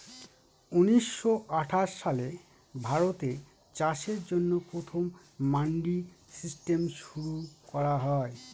উনিশশো আঠাশ সালে ভারতে চাষের জন্য প্রথম মান্ডি সিস্টেম শুরু করা হয়